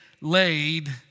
laid